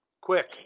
Quick